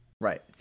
Right